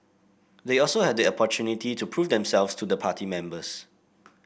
they also have the opportunity to prove themselves to the party members